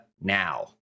now